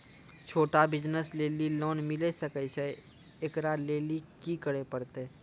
छोटा बिज़नस लेली लोन मिले सकय छै? एकरा लेली की करै परतै